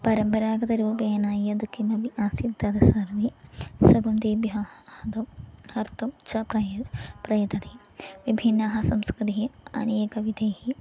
परम्परागतरूपेण यत् किमपि आसीत् तत् सर्वे सर्वं तेभ्यः तु कर्तुं च प्रायः प्रयतते विभिन्नाः संस्कृतिः अनेकविधिः